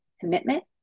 commitment